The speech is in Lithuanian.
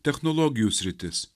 technologijų sritis